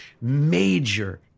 major